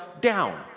down